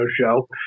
show